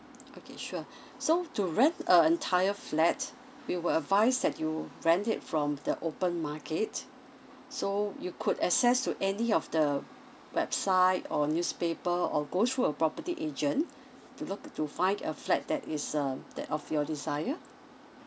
okay sure so to rent an entire flat we will advise that you rent it from the open market so you could access to any of the website or newspaper or go through a property agent to look to find a flat that is uh that of your desire